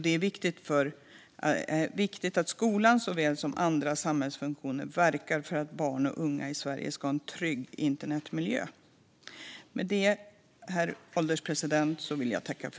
Det är viktigt att såväl skolan som andra samhällsfunktioner verkar för att barn och unga i Sverige ska ha en trygg internetmiljö.